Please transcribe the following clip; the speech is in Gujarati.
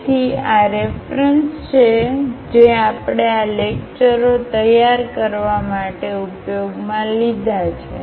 તેથી આ રેફરન્સ છે જે આપણે આ લેક્ચરો તૈયાર કરવા માટે ઉપયોગમાં લીધા છે